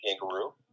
Kangaroo